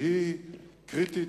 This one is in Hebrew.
שהיא קריטית,